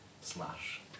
Slash